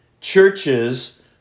churches